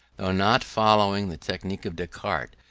though not following the technique of descartes,